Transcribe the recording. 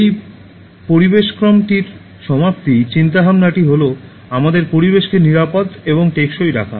এই পরিবেশক্রমটির সমাপ্তি চিন্তাভাবনাটি হল আমাদের পরিবেশকে নিরাপদ এবং টেকসই রাখা